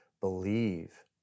believe